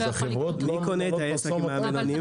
אז החברות לא --- לא קונה את העסק הבינוני,